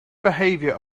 behavior